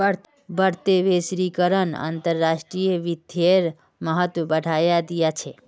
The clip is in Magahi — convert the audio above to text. बढ़ते वैश्वीकरण अंतर्राष्ट्रीय वित्तेर महत्व बढ़ाय दिया छे